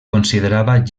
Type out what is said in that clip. considerava